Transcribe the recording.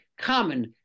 common